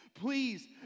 please